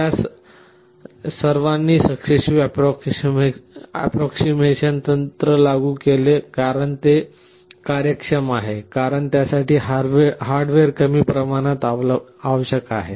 त्या सर्वांनी successive approximation तंत्र लागू केले कारण ते कार्यक्षम आहे कारण त्यासाठी हार्डवेअर कमी प्रमाणात आवश्यक आहे